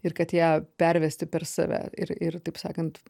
ir kad ją pervesti per save ir ir taip sakant